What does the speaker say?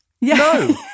No